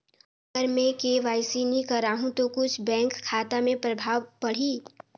अगर मे के.वाई.सी नी कराहू तो कुछ बैंक खाता मे प्रभाव पढ़ी?